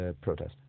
protest